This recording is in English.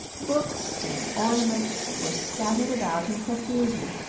books and ornaments were scattered about in profusion,